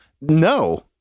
no